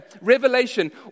revelation